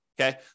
okay